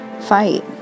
fight